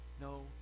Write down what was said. no